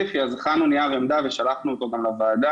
הכנו נייר עמדה וגם שלחנו אותו לוועדה.